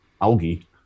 algae